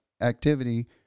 activity